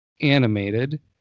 animated